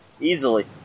Easily